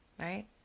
right